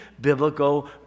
biblical